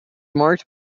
marked